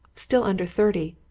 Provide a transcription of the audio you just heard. still under thirty,